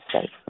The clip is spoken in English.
safe